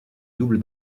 double